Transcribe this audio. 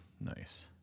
nice